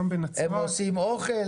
הם עושים אוכל,